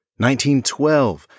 1912